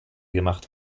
gemacht